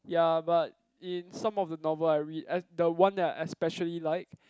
ya but in some of the novel I read uh the one that I especially like